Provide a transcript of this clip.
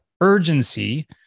urgency